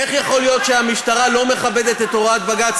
איך יכול להיות שהמשטרה לא מכבדת את הוראת בג"ץ